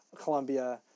Colombia